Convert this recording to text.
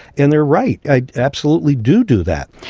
and they're right. i absolutely do do that.